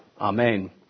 Amen